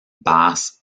bass